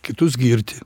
kitus girti